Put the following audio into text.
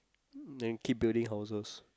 then keep building houses